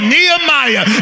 Nehemiah